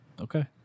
Okay